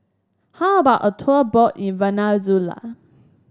how about a tour boat in Venezuela